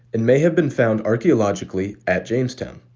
and may have been found archaeologically at jamestown.